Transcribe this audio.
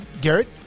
Garrett